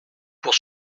pour